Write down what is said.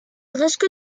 reste